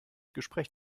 gespräch